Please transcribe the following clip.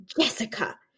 Jessica